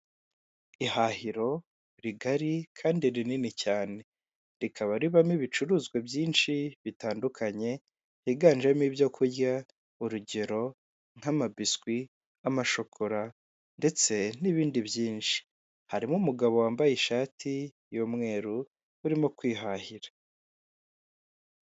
Ihahiro rigari kandi rinini cyane rikaba ribamo ibicuruzwa byinshi bitandukanye higanjemo ibyo kurya urugero nk'amabiswi ,nk'amashokora ndetse n'ibindi byinshi .Harimo umugabo wambaye ishati y'umweru urimo kwihahira.